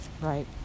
right